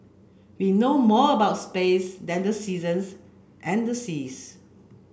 we know more about space than the seasons and the seas